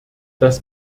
das